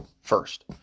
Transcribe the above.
first